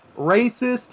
racist